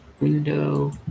window